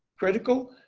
critical.